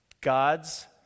God's